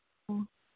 ꯑꯣ